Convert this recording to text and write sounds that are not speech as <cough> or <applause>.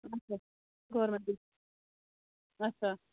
اَچھا <unintelligible> اَچھا